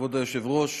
כבוד היושבת-ראש,